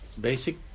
basic